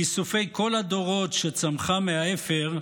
כיסופי כל הדורות, שצמחה מהאפר,